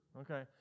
Okay